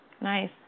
Nice